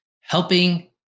helping